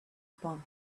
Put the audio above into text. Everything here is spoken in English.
upon